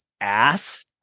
ass